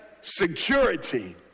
security